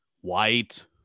white